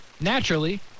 naturally